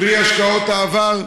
פרי השקעות העבר,